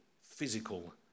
physical